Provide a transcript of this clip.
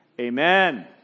amen